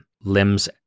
limbs